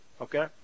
Okay